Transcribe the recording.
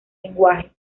lenguaje